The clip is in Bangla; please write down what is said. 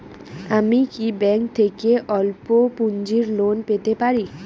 আমি কি ব্যাংক থেকে স্বল্প পুঁজির লোন পেতে পারি?